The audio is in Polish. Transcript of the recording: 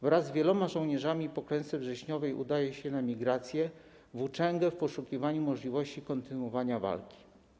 Wraz z wieloma żołnierzami po klęsce wrześniowej udał się na emigracyjną włóczęgę w poszukiwaniu możliwości kontynuowania walki.